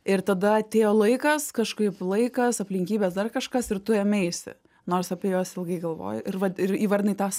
ir tada atėjo laikas kažkaip laikas aplinkybės dar kažkas ir tu ėmeisi nors apie juos ilgai galvojai ir vat ir įvardinai tas